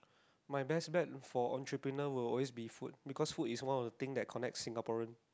my best plan for entrepreneur will always be food because food is one of the things that connect Singapore